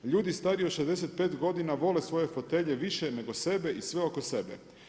Ljudi stariji od 65 godina vole svoje fotelje više nego sebe i sve oko sebe.